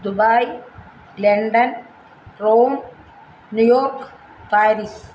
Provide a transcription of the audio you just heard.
Dubai London Rome New York Paris